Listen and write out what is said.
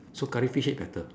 so curry fish head better